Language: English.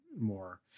more